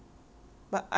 cause it's so big